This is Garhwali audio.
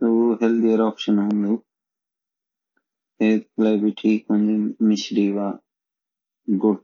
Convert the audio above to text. सु हेल्दिएर ऑप्शन होन्दु हेल्थ के लिए भी ठीक होंदी मिश्री व गुड़